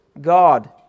God